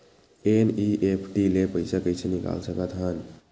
NEFT ले पईसा कइसे निकाल सकत हन?